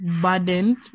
burdened